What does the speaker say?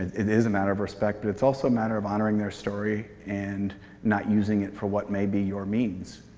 it is a matter of respect, but it's also a matter of honoring their story and not using it for what may be your means.